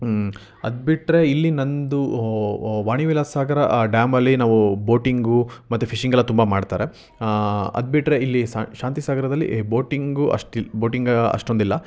ಅದು ಬಿಟ್ಟರೆ ಇಲ್ಲಿ ನನ್ನದು ವಾಣಿ ವಿಲಾಸ ಸಾಗರ ಆ ಡ್ಯಾಮಲ್ಲಿ ನಾವು ಬೋಟಿಂಗು ಮತ್ತು ಫಿಶಿಂಗೆಲ್ಲ ತುಂಬ ಮಾಡ್ತಾರೆ ಅದುಬಿಟ್ರೆ ಇಲ್ಲಿ ಶಾಂತಿ ಸಾಗರದಲ್ಲಿ ಬೋಟಿಂಗು ಅಷ್ಟು ಇ ಬೋಟಿಂಗ ಅಷ್ಟೊಂದಿಲ್ಲ